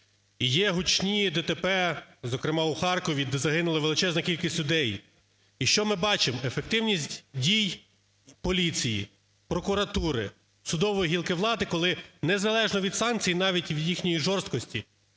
Є гучні ДТП, зокрема у Харкові, де загинула величезна кількість людей. І що ми бачимо? Ефективність дій поліції, прокуратури, судової гілки влади, коли незалежно від санкцій навіть в їхній жорсткості